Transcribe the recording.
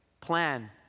plan